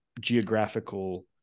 geographical